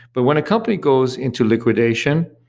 but when a company goes into liquidation,